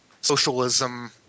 socialism